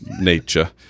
nature